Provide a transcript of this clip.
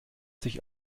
sich